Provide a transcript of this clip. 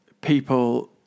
people